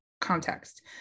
context